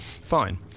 Fine